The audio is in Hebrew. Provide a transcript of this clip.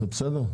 זה בסדר?